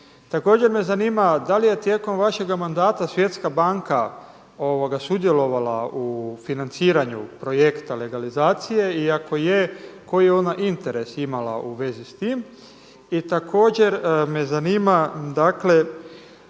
Također me zanima da li je tijekom vašega mandata Svjetska banka sudjelovala u financiranju projekta legalizacije i ako je koji je ona interes imala u vezi s time. I također me zanima dakle